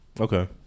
Okay